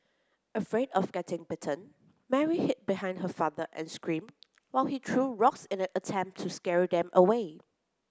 afraid of getting bitten Mary hid behind her father and screamed while he threw rocks in an attempt to scare them away